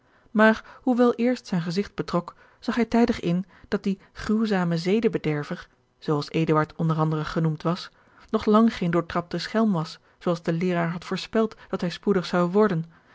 maar hoewel eerst zijn gezigt betrok zag hij tijdig in dat die gruwzame zedebederver zoo als eduard onder anderen genoemd was nog lang geen doortrapte schelm was zoo als de leeraar had voorspeld dat hij spoedig zou worden